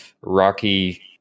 rocky